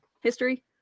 history